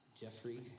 Jeffrey